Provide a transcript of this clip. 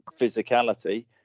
physicality